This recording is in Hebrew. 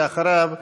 אחריו,